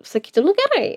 sakyti nu gerai